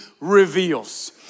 reveals